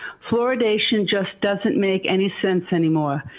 fluoridation just doesn't make any sense anymore.